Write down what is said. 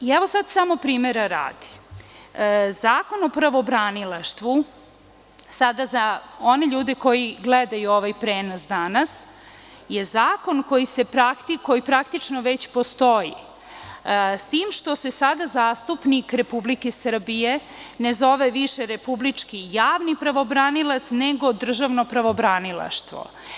Sada samo primera radi, Zakon o pravobranilaštvu sada za one ljude koji gledaju ovaj prenos danas je zakon koji se praktikuje i praktično već postoji,s tim što se sada zastupnik Republike Srbije ne zove više republički javni pravobranilac nego državno pravobranilaštvo.